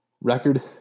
Record